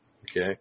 okay